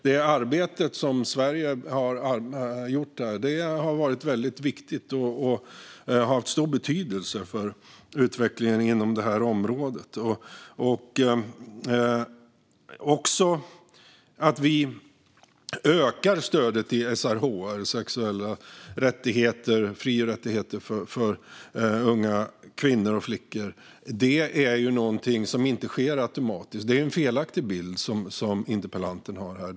Det arbete som Sverige har gjort här har varit mycket viktigt och har haft stor betydelse för utvecklingen inom detta område. Att vi ökar stödet till SRHR, sexuella fri och rättigheter för unga kvinnor och flickor, är någonting som inte sker automatiskt. Det är en felaktig bild som interpellanten har här.